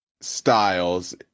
styles